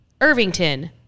Irvington